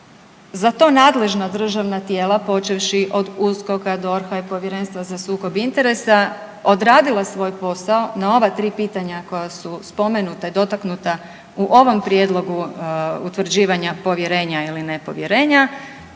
za to nadležna tijela počevši od USKOK-a, DORH-a i Povjerenstva za sukob interesa odradila svoj posao na ova 3 pitanja koja su spomenuta i dotaknuta u ovom prijedlogu utvrđivanja povjerenja ili nepovjerenja